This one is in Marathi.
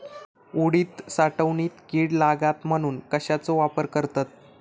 उडीद साठवणीत कीड लागात म्हणून कश्याचो वापर करतत?